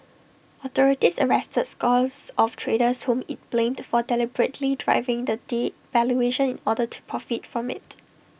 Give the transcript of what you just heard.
authorities arrested scores of traders whom IT blamed for deliberately driving the devaluation in order to profit from IT